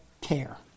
care